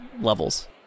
levels